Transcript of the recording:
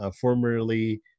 formerly